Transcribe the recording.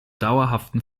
dauerhaften